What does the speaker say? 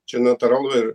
čia natūralu ir